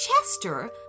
Chester